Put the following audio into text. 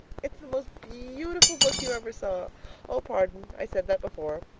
it's the most beautiful book you ever saw oh, pardon i said that before.